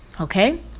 Okay